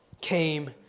came